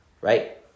right